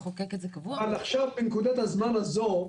אבל עכשיו, בנקודת הזמן הזאת,